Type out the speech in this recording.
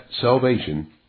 salvation